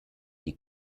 die